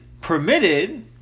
permitted